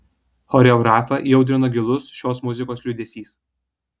choreografą įaudrino gilus šios muzikos liūdesys